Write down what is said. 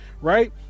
right